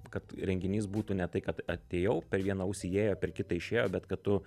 kad renginys būtų ne tai kad atėjau per vieną ausį įėjo per kitą išėjo bet kad tu